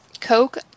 Coke